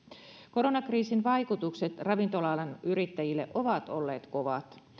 koronakriisin vaikutukset ravintola alan yrittäjille ovat olleet kovat